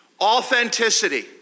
Authenticity